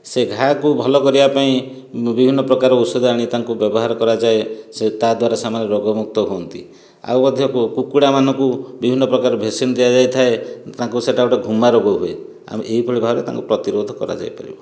ସେ ଘାକୁ ଭଲ କରିବା ପାଇଁ ବିଭିନ୍ନ ପ୍ରକାର ଔଷଧ ଆଣି ତାଙ୍କୁ ବ୍ୟବହାର କରାଯାଏ ସେ ତାଦ୍ୱାରା ସେମାନେ ରୋଗ ମୁକ୍ତ ହୁଅନ୍ତି ଆଉ ମଧ୍ୟ କୁକୁଡ଼ା ମାନଙ୍କୁ ବିଭିନ୍ନ ପ୍ରକାର ଭେକସିନ ଦିଆଯାଇଥାଏ ତାଙ୍କୁ ସେଇଟା ଗୋଟେ ଘୁମା ରୋଗ ହୁଏ ଆଉ ଏପରି ଭାବରେ ତାଙ୍କୁ ପ୍ରତିରୋଧ କରାଯାଇ ପାରିବ